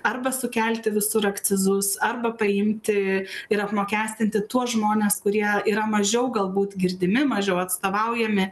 arba sukelti visur akcizus arba paimti ir apmokestinti tuos žmones kurie yra mažiau galbūt girdimi mažiau atstovaujami